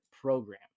program